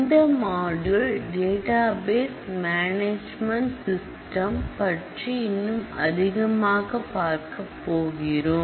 இந்த module database management system பற்றி இன்னும் அதிகமாக பார்க்கப்போகிறோம்